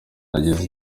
nagize